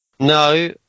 No